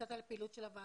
קצת על הפעילות של הוועדה.